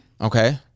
Okay